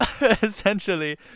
essentially